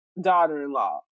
daughter-in-law